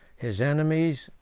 his enemies,